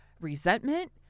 resentment